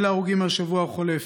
אלה ההרוגים מהשבוע החולף: